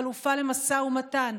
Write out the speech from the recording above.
חלופה במשא ומתן,